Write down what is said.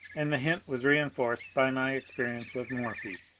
and the hint was reinforoed by my experience with morphy.